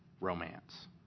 romance